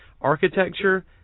architecture